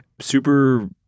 Super